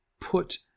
put